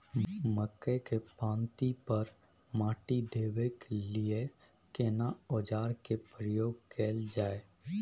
मकई के पाँति पर माटी देबै के लिए केना औजार के प्रयोग कैल जाय?